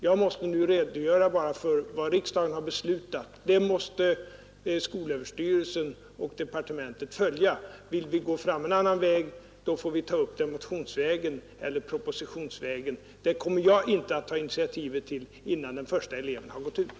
Jag måste nu redogöra för vad riksdagen har beslutat, och detta måste skolöverstyrelsen och departementet följa. Om vi vill gå fram en annan väg får saken tas upp motionsvägen eller propositionsvägen. Det kommer jag inte att ta initiativet till innan den första eleven har gått ut.